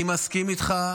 ההחלטה הזאת, אני מסכים איתך.